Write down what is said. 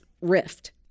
rift